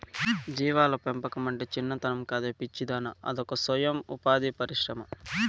జీవాల పెంపకమంటే చిన్నతనం కాదే పిచ్చిదానా అదొక సొయం ఉపాధి పరిశ్రమ